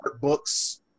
books